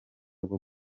bwo